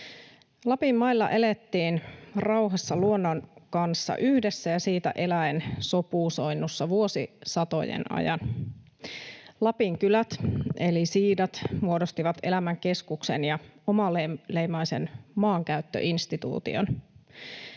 Lapin mailla elettiin rauhassa luonnon kanssa yhdessä ja siitä eläen sopusoinnussa vuosisatojen ajan. Lapinkylät eli siidat muodostivat elämän keskuksen ja omaleimaisen maankäyttöinstituution.